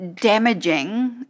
damaging